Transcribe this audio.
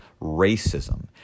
racism